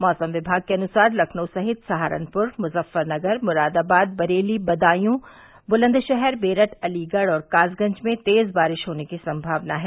मौसम विभाग के अनुसार लखनऊ सहित सहारनपुर मुजफ्फरनगर मुरादाबाद बरेली बदायूं बुलन्दशहर मेरठ अलीगढ़ और कासगंज में तेज बारिश होने की सम्मावना है